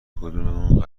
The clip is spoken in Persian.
کدوممون